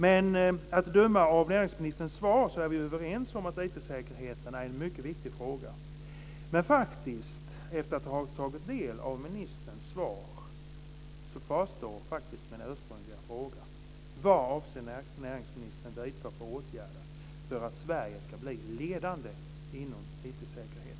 Att döma av näringsministerns svar är vi överens om att IT-säkerheten är en mycket viktig fråga. Efter att ha tagit del av ministerns svar måste jag dock säga att min ursprungliga fråga kvarstår: Vad avser näringsministern vidta för åtgärder för att Sverige ska bli ledande inom IT-säkerhet?